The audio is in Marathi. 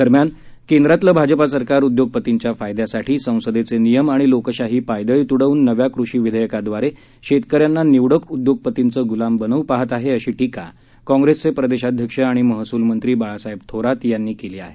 दरम्यान केंद्रातलं भाजपा सरकार उद्योगपतींच्या फायद्यासाठी संसदेचे नियम आणि लोकशाही पायदळी तुडवून नव्या कृषी विधेयकाद्वारे शेतकऱ्यांना निवडक उद्योगपतींचे गुलाम बनवू पहात आहे अशी टीका काँप्रेसचे प्रदेशाध्यक्ष आणि महसूलमंत्री बाळासाहेब थोरात यांनी केली आहे